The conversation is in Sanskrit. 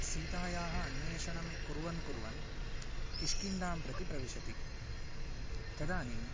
सीतायाः अन्वेषणं कुर्वन् कुर्वन् किष्किन्धां प्रति प्रविशति तदानीम्